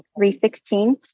316